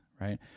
right